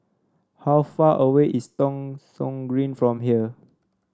how far away is Thong Soon Green from here